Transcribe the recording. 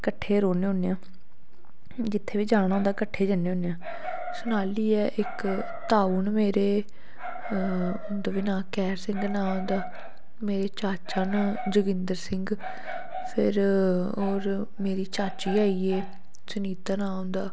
कट्ठे रौह्ने होन्ने आं जित्थै बी जाना होंदा कट्ठे गै जन्ने होन्ने आं सोनाली ऐ इक ताऊ न मेरे उं'दा बी नांऽ कैह्र सिंह नांऽ उं'दा मेरे चाचा न जोगिंदर सिंह फिर होर मेरी चाची होई गे सुनीता नांऽ उं'दा